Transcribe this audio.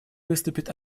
выступит